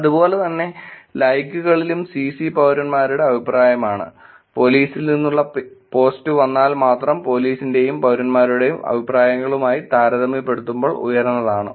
അതുപോലെ തന്നെ ലൈക്കുകളിലും C C പൌരന്മാരുടെ അഭിപ്രായമാണ് പോലിസിൽ നിന്നുള്ള പോസ്റ്റ് വന്നാൽ മാത്രം പോലീസിന്റെയും പൌരന്മാരുടെയും അഭിപ്രായങ്ങളുമായി താരതമ്യപ്പെടുത്തുമ്പോൾ ഉയർന്നതാണ്